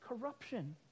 corruption